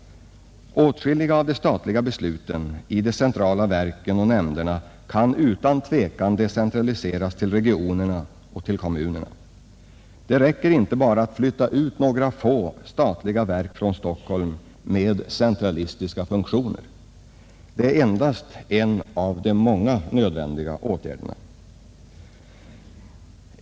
Åtskilliga av de statliga besluten i de centrala verken och nämnderna kan utan tvivel decentraliseras till regionerna och till kommunerna. Det räcker inte bara att flytta ut några få statliga verk från Stockholm med bibehållna centralistiska funktioner. Det är en av de många nödvändiga åtgärderna.